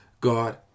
God